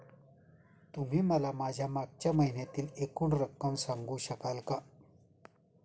तुम्ही मला माझ्या मागच्या महिन्यातील एकूण रक्कम सांगू शकाल का?